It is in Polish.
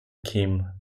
kim